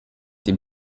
dem